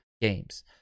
games